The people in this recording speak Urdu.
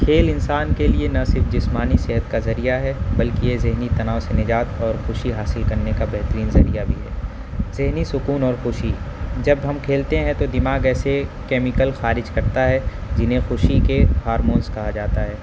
کھیل انسان کے لیے نہ صرف جسمانی صحت کا ذریعہ ہے بلکہ یہ ذہنی تناؤ سے نجات اور خوشی حاصل کرنے کا بہترین ذریعہ بھی ہے ذہنی سکون اور خوشی جب ہم کھیلتے ہیں تو دماغ ایسے کیمیکل خارج کرتا ہے جنہیں خوشی کے ہارمونس کہا جاتا ہے